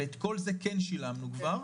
ואת כל זה כן שילמנו כבר.